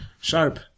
sharp